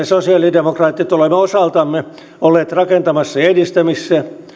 sosialidemokraatit olemme osaltamme olleet rakentamassa ja edistämässä